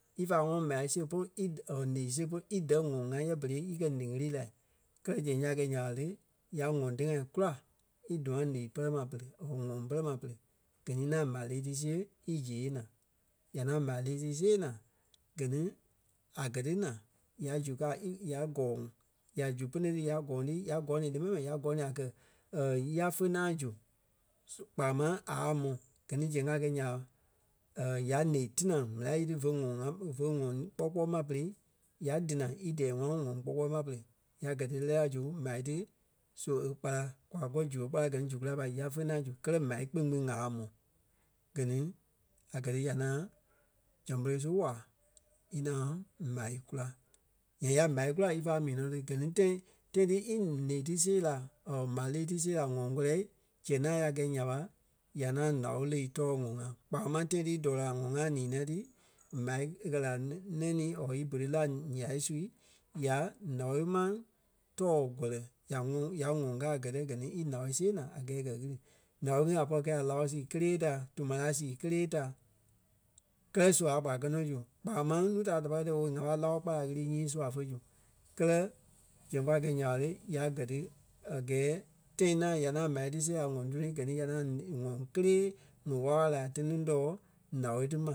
ífa ŋɔnɔ m̀á siɣe polu í ǹeɣii siɣe polu í dɛ̀ ŋɔŋ ŋa yɛ berei í kɛ ǹeɣii ɣili lai. Kɛlɛ zɛŋ ya gɛ́ nya ɓa le, nya ŋɔŋ téɣa kula í duâŋ ǹeɣii pɛlɛ ma pere or ŋuŋ pɛlɛ ma pere. Gɛ ni í ŋaŋ m̀á ǹeɣii ti siɣe ízee naa. Ya ŋaŋ m̀á ǹeɣii ti see na, gɛ ni a gɛ́ tí naa ya zu káa í- ya gɔ̀ɔŋ. Ya zu pene ti ya gɔ̀ɔŋ ti; ya gɔ́ɔŋ ni le mɛni ma; ya gɔ́ɔŋ ni a kɛ̀ ya fé ŋaŋ zu. So- kpaa máŋ aa mɔ́. Gɛ ni zɛŋ a gɛ́ nya ɓa ya ǹeɣii tinaa méla nyíti fɔ ŋɔŋ-ŋa fɔ ŋɔŋ kpɔ́ kpɔɔi ma pere ya dínaa í dɛɛ ŋɔnɔ ŋɔŋ kpɔ́ kpɔɔi ma pere. Ya gɛ́ ti e lɛ́ɛ la zu m̀á ti so e kpala kwa kɛ́ zu e kpala gɛ ni zu kulai ɓa yá fé ŋaŋ zu kɛlɛ m̀á kpîŋ kpîŋ aa mɔ́. Gɛ ni a kɛ̀ ya ŋaŋ zɛŋ folo su waa í ŋaŋ m̀á kula. And ya m̀á kula ífa mii nɔ ti gɛ ni tãi; tãi ti í ǹeɣii ti see la or m̀á ǹeɣii ti see la ŋɔŋ kɔlɛ zɛŋ ŋaŋ ya gɛi nya ɓa, ya ŋaŋ ǹao ǹeɣii tɔɔ ŋɔŋ ŋa kpaa máŋ tãi ti í dɔɔ la ŋɔŋ ŋa a ninai ti m̀á e kɛ̀ la nɛŋ nii or í bu tí la ǹyai su. Ya ǹao maŋ tɔɔ gɔlɛ ya ŋɔŋ- yá ŋɔŋ káa gɛtɛ gɛ ni í ǹao see naa a gɛɛ gɛ́ ɣili. Ǹao ŋí a pɔri kɛi a láo sii kélee da tuma laa sii kélee da kɛlɛ sua a pai kɛ̀ nɔ zu kpaa máŋ núu da da pâi díyɛ owei ŋa pai láo kpala ɣili nyii sua fé zu. Kɛ́lɛ zɛŋ kwa gɛi nya ɓa le, ya gɛ́ ti a gɛɛ tãi ŋaŋ ya ŋaŋ m̀á ti siɣe a ŋ̀ɔŋ túli gɛ ni ya ŋaŋ ŋɔŋ kelee wɔ̀ wála-wala laa téniŋ tɔɔ láo ti ma